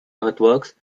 earthworks